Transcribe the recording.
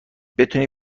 بتونی